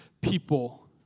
people